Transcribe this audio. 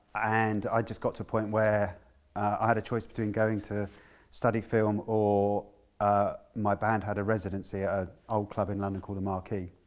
and i just got to a point where i had a choice between going to study film or ah my band had a residency ah old club in london called the marquee.